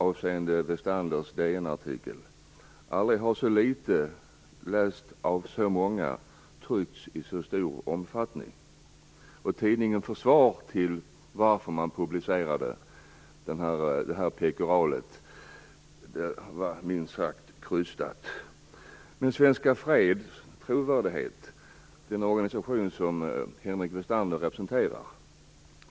Avseende Westanders DN-artikel vill jag säga att aldrig har så litet, läst av så många, tryckts i så stor omfattning. Tidningens försvar för att man publicerade detta pekoral var minst sagt krystat. Svenska Freds är den organisation som Henrik Westander representerar.